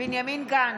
בנימין גנץ,